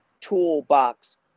toolbox